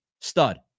stud